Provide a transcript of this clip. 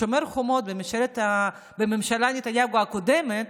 בשומר חומות בממשלת נתניהו הקודמת,